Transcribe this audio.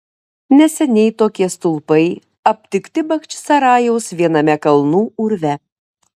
neseniai tokie stulpai aptikti bachčisarajaus viename kalnų urve